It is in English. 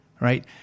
Right